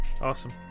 awesome